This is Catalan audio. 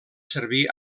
servir